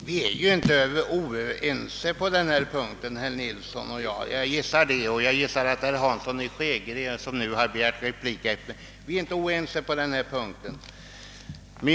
Herr talman! Jag tror inte att herr Nilsson i Lönsboda och jag är oense på denna punkt och jag tror inte heller att herr Hansson i Skegrie, som nu har begärt replik, är oense med oss.